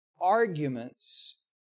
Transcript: arguments